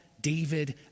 David